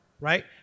right